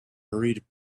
hurried